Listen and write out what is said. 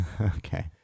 Okay